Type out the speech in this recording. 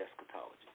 eschatology